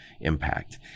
impact